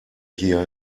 hier